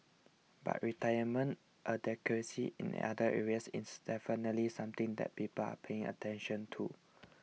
but retirement adequacy in other areas is definitely something that people are paying attention to